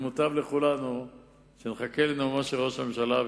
מוטב לכולנו שנחכה לנאומו של ראש הממשלה.